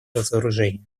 разоружения